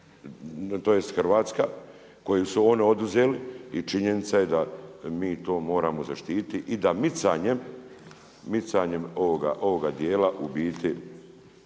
tj. hrvatska koju su oni oduzeli i činjenica je da mi to moramo zaštiti i da micanjem ovoga dijela u biti,